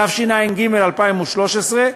התשע"ג 2013,